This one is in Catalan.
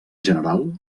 general